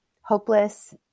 hopeless